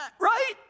Right